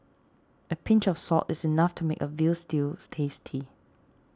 a pinch of salt is enough to make a Veal Stew tasty